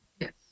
yes